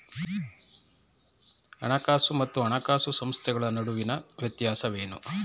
ಹಣಕಾಸು ಮತ್ತು ಹಣಕಾಸು ಸಂಸ್ಥೆಗಳ ನಡುವಿನ ವ್ಯತ್ಯಾಸವೇನು?